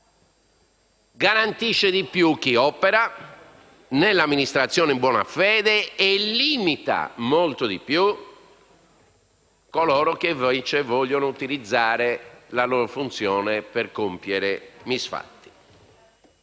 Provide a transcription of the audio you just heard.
garantisce di più chi opera nell'amministrazione in buona fede e limita, molto di più, coloro che, invece, vogliono utilizzare la loro funzione per compiere misfatti.